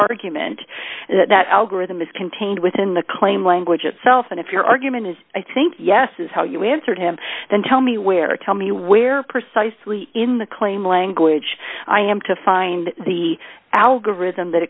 argument that algorithm is contained within the claim language itself and if your argument is i think yes is how you answered him then tell me where or tell me where precisely in the claim language i am to find the algorithm that